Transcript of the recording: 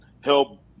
help